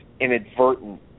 inadvertent